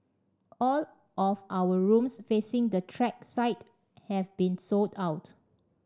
all of our rooms facing the track side have been sold out